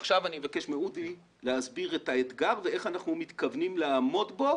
עכשיו אני אבקש מאודי להסביר את האתגר ואיך אנחנו מתכוונים לעמוד בו